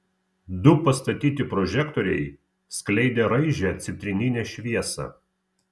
du pastatyti prožektoriai skleidė raižią citrininę šviesą